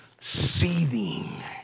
seething